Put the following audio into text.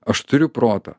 aš turiu protą